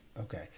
okay